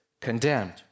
condemned